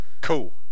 Cool